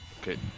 Okay